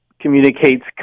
communicates